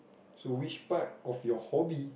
so which part of your hobby